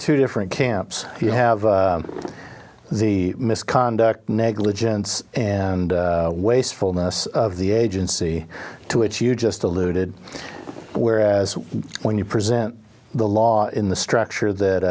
two different camps you have the misconduct negligence and wastefulness of the agency to it you just alluded whereas when you present the law in the structure